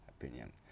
opinion